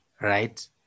right